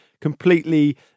completely